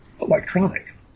electronic